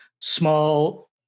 small